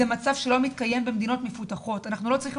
זה מצב שלא מתקיים במדינות מפותחות ואנחנו לא צריכים